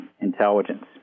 intelligence